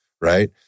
right